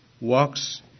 walks